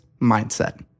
Mindset